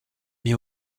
mis